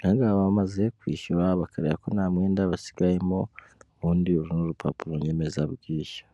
Hanyuma abamaze kwishyura bakareba ko nta mwenda basigayemo ubundi uru ni urupapuro nyemezabwishyu.